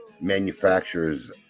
manufacturers